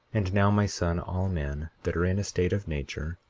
and now, my son, all men that are in a state of nature,